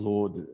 Lord